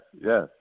yes